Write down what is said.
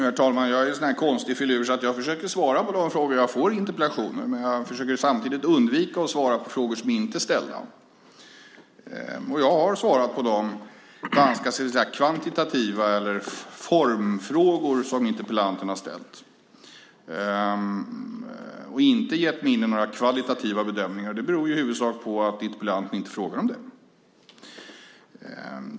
Herr talman! Jag är en konstig filur som försöker svara på de frågor som jag får i interpellationer. Samtidigt försöker jag undvika att svara på frågor som inte är ställda. Jag har svarat på de ganska kvantitativa frågor, på de formfrågor, som interpellanten har ställt men inte gett mig in på kvalitativa bedömningar. Det beror i huvudsak på att interpellanten inte frågar om det.